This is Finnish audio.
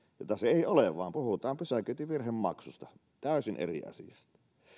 jota se ei ole vaan puhutaan pysäköintivirhemaksusta täysin eri asiasta